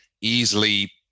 easily